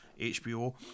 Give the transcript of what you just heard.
HBO